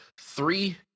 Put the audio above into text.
three